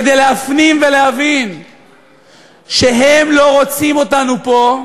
כדי להפנים ולהבין שהם לא רוצים אותנו פה,